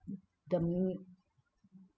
the